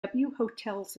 hotels